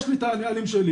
יש לי את הנהלים שלי,